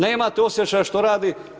Nemate osjećaja što radi.